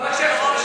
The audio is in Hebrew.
אדוני היושב-ראש,